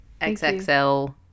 XXL